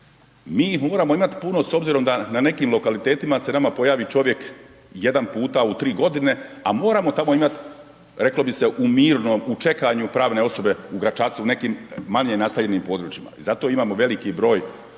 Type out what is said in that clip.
ih moramo imati puno s obzirom da na nekim lokalitetima se nama pojavi čovjek jedan puta u tri godine, a moramo tamo imati reklo bi se u mirnom u čekanju pravne osobe u Gračacu i u nekim manje naseljenim područjima i zato imamo veliki broj